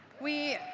we